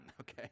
okay